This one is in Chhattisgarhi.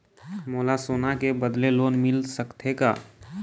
मोला सोना के बदले लोन मिल सकथे का?